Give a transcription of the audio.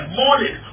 morning